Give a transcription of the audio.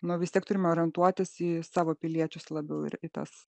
nu vis tiek turime orientuotis į savo piliečius labiau ir į tas